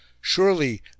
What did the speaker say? Surely